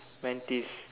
Mantis